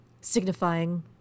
signifying